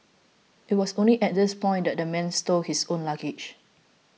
it was only at this point that the man stowed his own luggage